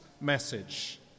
message